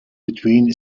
between